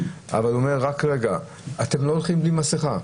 אבל הוא אמר: אתם הולכים בלי מסכה,